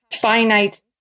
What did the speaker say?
finite